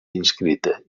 inscrita